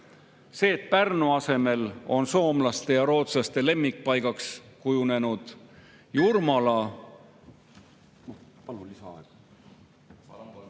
See, et Pärnu asemel on soomlaste ja rootslaste lemmikpaigaks kujunenud Jurmala … Palun lisaaega. Jaa, palun